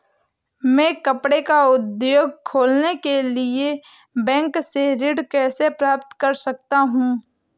मैं कपड़े का उद्योग खोलने के लिए बैंक से ऋण कैसे प्राप्त कर सकता हूँ?